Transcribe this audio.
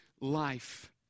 life